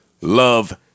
love